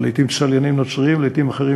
לעתים צליינים נוצרים לעתים אחרים,